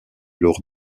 lors